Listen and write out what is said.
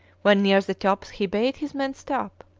when near the top he bade his men stop.